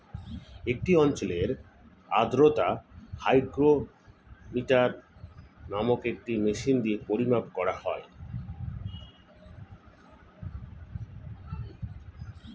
একটি অঞ্চলের আর্দ্রতা হাইগ্রোমিটার নামক একটি মেশিন দিয়ে পরিমাপ করা হয়